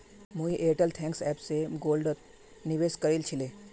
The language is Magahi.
मुई एयरटेल थैंक्स ऐप स गोल्डत निवेश करील छिले